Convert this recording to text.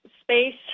space